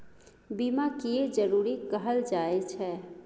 बीमा किये जरूरी कहल जाय छै?